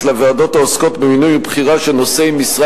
לוועדות העוסקות במינוי ובחירה של נושאי משרה